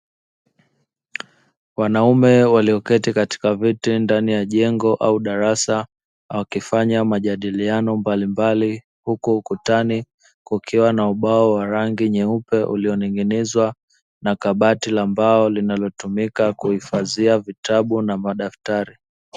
Wanaume walioketi katika viti ndani ya jengo au darasa wakifanya majadiliano mbalimbali, huku ukutani kukiwa na ubao wa rangi nyeupe ulioning'inizwa na kabati la mbao linalotumika kuhifadhia vitabu na madaftari.